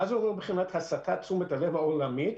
מה זה אומר מבחינת הסטת תשומת הלב העולמית,